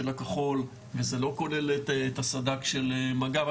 הכחול וזה לא כולל את הסד"כ של מג"ב,